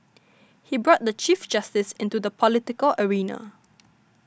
he brought the Chief Justice into the political arena